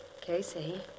Casey